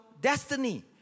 destiny